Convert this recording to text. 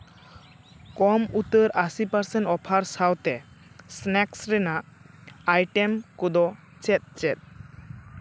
ᱠᱚᱢ ᱩᱛᱟᱹᱨ ᱟᱥᱤ percent offer ᱥᱟᱶᱛᱮ ᱥᱱᱮᱠᱥ ᱨᱮᱱᱟᱜ ᱟᱭᱴᱮᱢ ᱠᱚᱫᱚ ᱪᱮᱫ ᱪᱮᱫ